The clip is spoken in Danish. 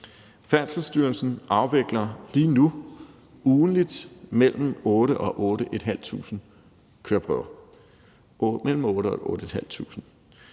Færdselsstyrelsen afvikler lige nu ugentlig mellem 8.000 og 8.500 køreprøver,